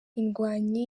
indwanyi